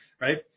right